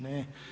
Ne.